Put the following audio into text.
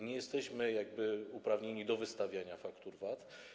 Nie jesteśmy uprawnieni do wystawiania faktur VAT.